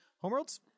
Homeworld's